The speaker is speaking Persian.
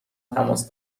تماس